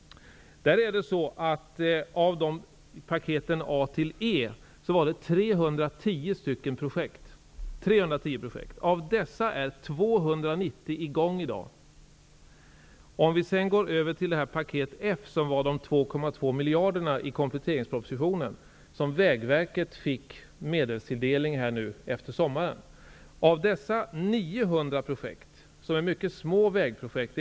Paketen A--E innehöll 310 projekt. Av dessa är 290 i gång i dag. Paket F, som finansieras av de 2,2 miljarderna ur kompletteringspropositionen som Vägverket fick i medelstilldelning efter sommaren, innehöll 900 projekt som är mycket små vägprojekt.